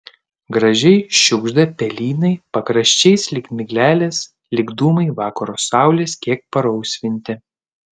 gražiai šiugžda pelynai pakraščiais lyg miglelės lyg dūmai vakaro saulės kiek parausvinti